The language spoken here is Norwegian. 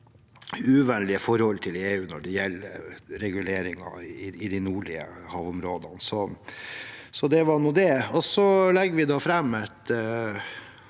uvennlige forholdet til EU når det gjelder reguleringer i de nordlige havområdene. – Så det var nå det. Vi legger fram et